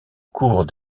cours